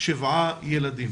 שבעה ילדים.